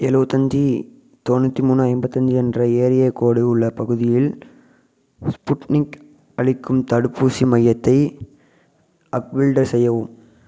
எழுவத்தஞ்சி தொண்ணூற்றி மூணு ஐம்பத்தி அஞ்சு என்ற ஏரியா கோடு உள்ள பகுதியில் ஸ்புட்னிக் அளிக்கும் தடுப்பூசி மையத்தை அக் ஃபில்டர் செய்யவும்